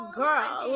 girl